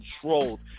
controlled